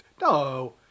No